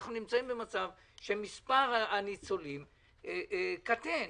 אנחנו נמצאים במצב שמספר הניצולים קטן.